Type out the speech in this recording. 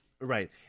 Right